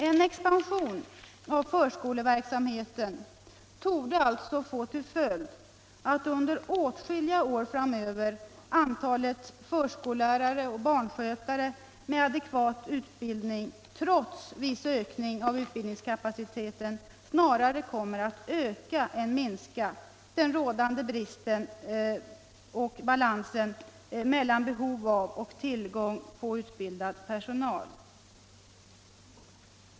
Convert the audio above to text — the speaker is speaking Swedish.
En expansion av förskoleverksamheten torde alltså få till följd att under åtskilliga år framöver antalet förskollärare och barnskötare med adekvat utbildning, trots viss ökning av utbildningskapaciteten, snarare kommer att öka än minska den rådande bristen på balans mellan behov av och tillgång på utbildad personal.